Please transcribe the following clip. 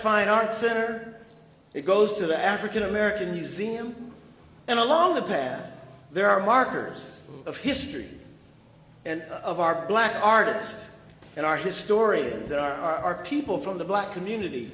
fine art center it goes to the african american museum and along the path there are markers of history and of our black artists and our historians that are people from the black community